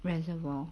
reservoir